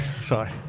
sorry